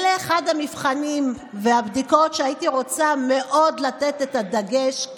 אלה המבחנים והבדיקות שהייתי מאוד רוצה לתת עליהם את הדגש.